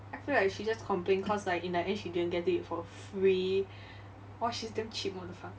I feel like she just complain cause like in the end she didn't get it for free !wah! she's damn cheap what the fuck